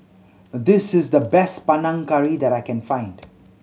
this is the best Panang Curry that I can find